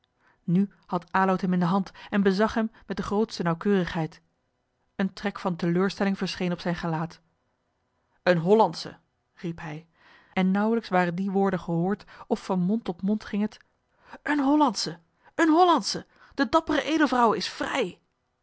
nu had aloud hem in de hand en bezag hem met de grootste nauwkeurigheid een trek van teleurstelling verscheen op zijn gelaat een hollandsche riep hij en nauwelijks waren die woorden gehoord of van mond tot mond ging het een hollandsche een hollandsche de dappere edelvrouwe is vrij